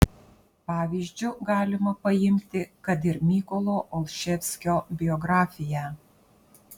pavyzdžiu galima paimti kad ir mykolo olševskio biografiją